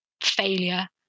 failure